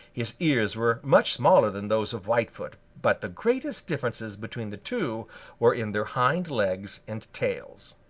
his ears were much smaller than those of whitefoot. but the greatest differences between the two were in their hind legs and tails.